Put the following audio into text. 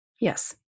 Yes